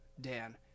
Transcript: Dan